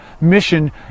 Mission